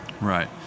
Right